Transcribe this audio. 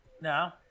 No